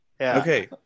Okay